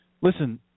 Listen